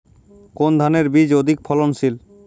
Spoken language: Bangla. কোন ধানের বীজ অধিক ফলনশীল?